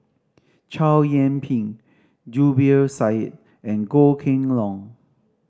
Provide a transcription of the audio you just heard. Chow Yian Ping Zubir Said and Goh Kheng Long